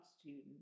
student